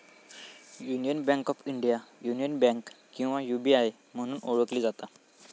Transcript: union bank of India, union bank किंवा UBI म्हणून ओळखली जाता